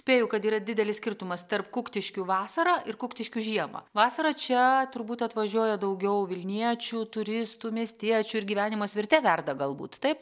spėju kad yra didelis skirtumas tarp kuktiškių vasarą ir kuktiškių žiemą vasarą čia turbūt atvažiuoja daugiau vilniečių turistų miestiečių ir gyvenimas virte verda galbūt taip